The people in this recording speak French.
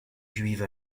juive